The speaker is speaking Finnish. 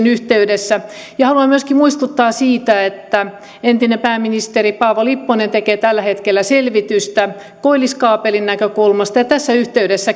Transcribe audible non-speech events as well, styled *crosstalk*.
*unintelligible* yhteydessä ja haluan myöskin muistuttaa siitä että entinen pääministeri paavo lipponen tekee tällä hetkellä selvitystä koilliskaapelin näkökulmasta ja tässä yhdessä